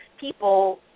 people